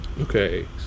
Okay